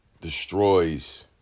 destroys